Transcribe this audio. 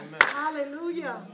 Hallelujah